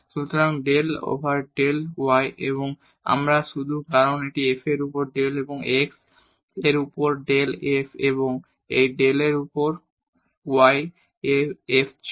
সুতরাং del over del y এবং আমরা শুধু কারণ এটি f এর উপর ডেল x এর উপর ডেল f এবং এই ডেল এর উপর ডেল y এর f ছিল